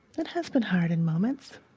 it has been hard in moments